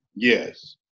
Yes